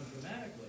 dramatically